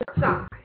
side